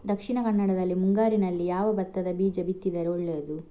ದಕ್ಷಿಣ ಕನ್ನಡದಲ್ಲಿ ಮುಂಗಾರಿನಲ್ಲಿ ಯಾವ ಭತ್ತದ ಬೀಜ ಬಿತ್ತಿದರೆ ಒಳ್ಳೆಯದು?